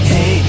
Hey